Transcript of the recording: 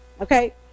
Okay